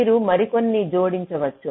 మీరు మరికొన్ని జోడించవచ్చు